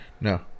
No